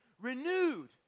renewed